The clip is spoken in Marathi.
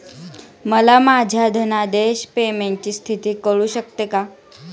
मला माझ्या धनादेश पेमेंटची स्थिती कळू शकते का?